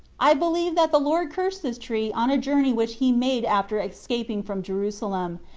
i believe that the lord cursed this tree on a journey which he made after es caping from jerusalem,